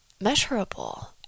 measurable